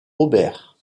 aubert